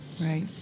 Right